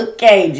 Okay